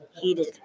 heated